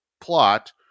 plot